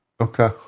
Okay